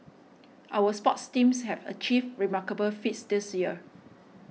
our sports teams have achieved remarkable feats this year